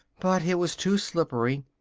but it was too slippery,